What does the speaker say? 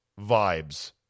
vibes